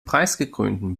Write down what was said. preisgekrönten